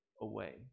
away